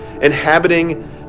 inhabiting